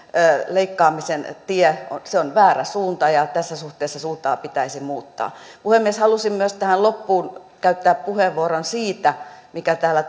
leikkaamisen tie on väärä suunta ja tässä suhteessa suuntaa pitäisi muuttaa puhemies haluaisin myös tähän loppuun käyttää puheenvuoron siitä mikä täällä